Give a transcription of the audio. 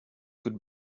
could